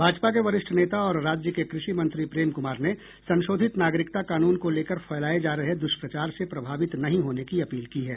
भाजपा के वरिष्ठ नेता और राज्य के कृषि मंत्री प्रेम कुमार ने संशोधित नागरिकता कानुन को लेकर फैलाये जा रहे दुष्प्रचार से प्रभावित नहीं होने की अपील की है